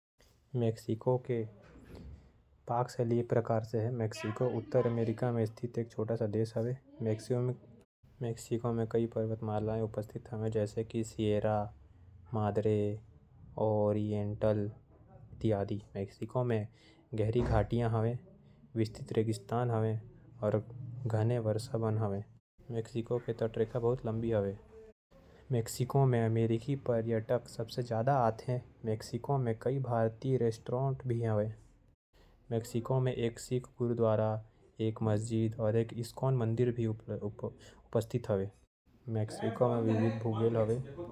संयुक्त मैक्सिकन राज्य जेला आमतौर म मेक्सिको के नाम ले जाने जाथे उत्तरी अमेरिका म स्थित एक देश हावय। ए ह संघीय संवैधानिक गणराज्य हरय। एखर सीमा अमेरिका के उत्तर ले लगे हे। दक्षिण प्रशांत महासागर के सीमा अपन दक्षिण म ग्वाटेमाला बेलीज अउ कैरेबियन सागर अउ पूर्व म मेक्सिको के खाड़ी ले घिरे हावय। लगभग बीस लाख वर्ग किलोमीटर म फैले मेक्सिको अमेरिका। के पांचवां सबले बड़का स्वतंत्र राष्ट्र अउ दुनिया के तेरावां सबले बड़का राष्ट्र हावय। ग्यारह करोड़ के अनुमानित आबादी के संग ये नोवां सबले जादा आबादी वाला देश हावय। मेक्सिको के एक महासंघ हावय जेमा इकतीस राज्य अउ एक संघीय जिला राजधानी हावय।